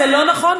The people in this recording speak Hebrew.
זה לא נכון,